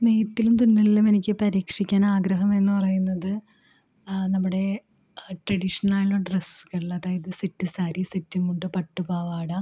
നെയ്ത്തിലും തുന്നലിലും എനിക്കു പരീക്ഷിക്കാൻ ആഗ്രഹം എന്നു പറയുന്നത് നമ്മുടെ ട്രഡീഷണലായുള്ള ഡ്രസ്സുകൾ അതായത് സെറ്റ് സാരി സെറ്റ് മുണ്ട് പട്ടുപാവാട